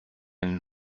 ein